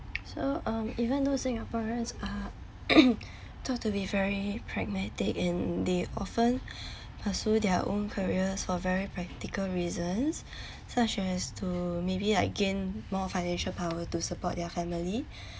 so um even though singaporeans are thought to be very pragmatic and they often pursue their own careers for very practical reasons such as to maybe like gain more financial power to support their family